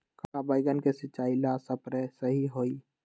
का बैगन के सिचाई ला सप्रे सही होई?